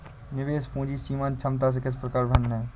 निवेश पूंजी सीमांत क्षमता से किस प्रकार भिन्न है?